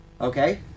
okay